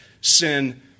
sin